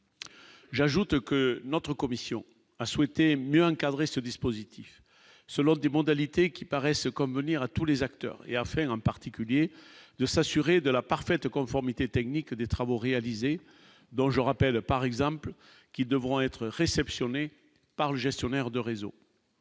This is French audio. j'ajoute que notre commission a souhaité mieux encadrer ce dispositif, selon des modalités qui paraissent comme venir à tous les acteurs et à fait en particulier de s'assurer de la parfaite conformité technique des travaux réalisés, dont je rappelle, par exemple, qui devront être réceptionnés par le gestionnaire de réseau.